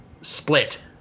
Split